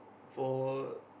for